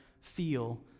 feel